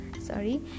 sorry